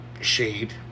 Shade